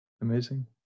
amazing